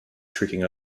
tricking